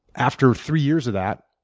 after three years of that,